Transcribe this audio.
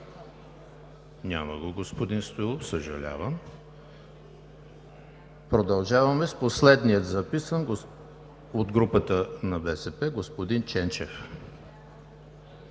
Няма го господин Стоилов, съжалявам. Продължаваме с последния записан от групата на БСП – господин Ченчев.